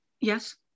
yes